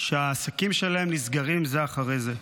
שהעסקים שלהם נסגרים זה אחרי זה,